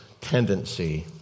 tendency